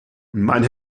man